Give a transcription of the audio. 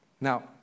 Now